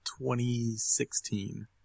2016